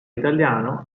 italiano